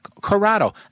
Corrado